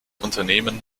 unternehmen